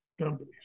companies